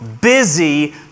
busy